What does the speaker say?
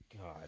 God